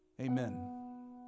amen